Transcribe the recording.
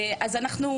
אז קודם כל,